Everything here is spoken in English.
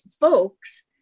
folks